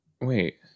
Wait